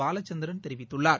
பாலச்சந்திரன் தெிவித்துள்ளார்